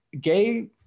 gay